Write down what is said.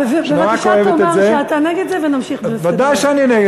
אבל בבקשה תאמר שאתה נגד זה ונמשיך בסדר-היום.